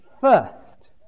first